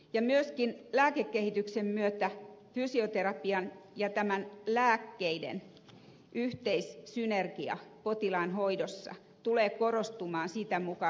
myöskin lääkekehityksen myötä fysioterapian ja lääkkeiden yhteissynergia potilaan hoidossa tulee korostumaan sitä mukaa kun tutkimus etenee